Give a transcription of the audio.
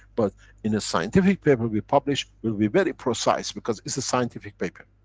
but in a scientific paper we publish we'll be very precise because it's a scientific paper.